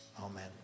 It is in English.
Amen